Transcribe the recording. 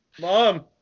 Mom